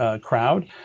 crowd